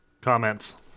comments